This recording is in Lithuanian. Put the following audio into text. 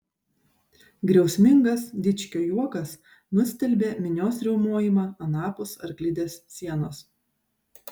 griausmingas dičkio juokas nustelbė minios riaumojimą anapus arklidės sienos